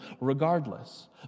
regardless